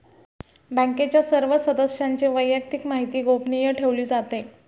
बँकेच्या सर्व सदस्यांची वैयक्तिक माहिती गोपनीय ठेवली जाते